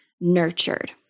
nurtured